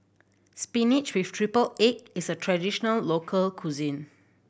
spinach with triple egg is a traditional local cuisine